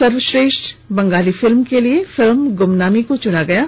सर्वश्रेष्ठ बंगाली फिल्म के लिए फिल्म ग्रमनामी को चुना गया है